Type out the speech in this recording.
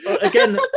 again